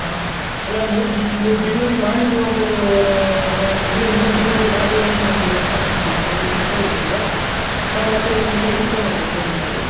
ಹಾಂ ಅಲ್ಲ ನೀವು ನೀ ನೀವು ಡಿಲ್ವರಿ ಮಾಡಿದಿವಿ ಅಂತ ನೀವು ರ ಮೆ ಇನ್ನೂ ಡಿಲ್ವರಿ ಮಾಡ್ದಿಲ್ದೇ ನಮಗೆ ರೆಸ್ಪಾನ್ಸ್ ಮಾಡಿದರೆ ಇದು ಮೆಸೇಜ್ ಬಂದರೆ ನಾವು ಮತ್ತು ನಿಮ್ಮದ್ರಲ್ಲಿ ಹೆಂಗ್ ಸರ್ ನಾವು ಪರ್ಚೇಸ್ ಮಾಡೋದು